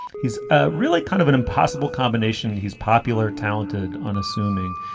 he's ah really kind of an impossible combination. he's popular, talented, unassuming.